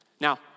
Now